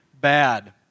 bad